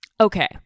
Okay